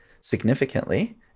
significantly